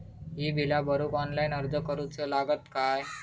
ही बीला भरूक ऑनलाइन अर्ज करूचो लागत काय?